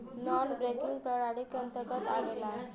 नानॅ banking प्रणाली के अंतर्गत आवेला